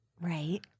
Right